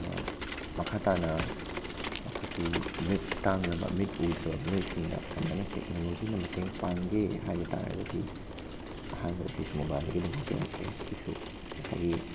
ꯃꯈꯥ ꯇꯥꯅ ꯑꯩꯈꯣꯏꯒꯤ ꯃꯤꯠ ꯇꯥꯡꯂꯕ ꯃꯤꯠ ꯎꯗ꯭ꯔꯕ ꯃꯤꯑꯣꯏꯁꯤꯡꯅ ꯀꯃꯥꯏꯅ ꯇꯦꯛꯅꯣꯂꯣꯖꯤꯅ ꯃꯇꯦꯡ ꯄꯥꯡꯒꯦ ꯍꯥꯏꯕ ꯇꯥꯔꯒꯗꯤ ꯑꯍꯥꯟꯕꯗ ꯁꯤꯁꯨ ꯃꯣꯕꯥꯏꯜꯗꯒꯤ ꯑꯗꯨꯝ ꯍꯧꯖꯔꯛꯑꯒꯦ ꯁꯤꯁꯨ ꯉꯁꯥꯏꯒꯤ